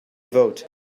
vote